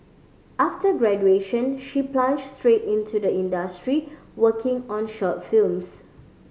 after graduation she plunged straight into the industry working on short films